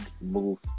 move